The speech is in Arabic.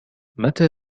متى